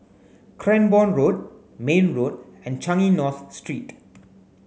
Cranborne Road Mayne Road and Changi North Street